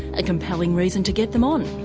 a compelling reason to get them on.